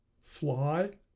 fly